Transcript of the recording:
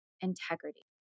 integrity